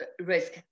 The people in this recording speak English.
risk